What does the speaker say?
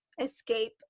escape